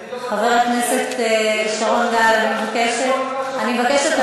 אני לא בטוח, חבר הכנסת שרון גל, אני מבקשת,